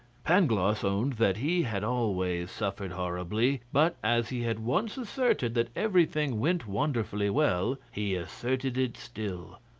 pangloss owned that he had always suffered horribly, but as he had once asserted that everything went wonderfully well, he asserted it still,